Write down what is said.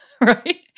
right